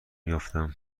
یافتم